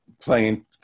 playing